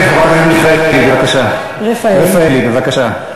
כן, חברת הכנסת רפאלי, בבקשה.